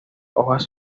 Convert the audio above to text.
hojas